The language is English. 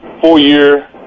four-year